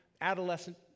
adolescent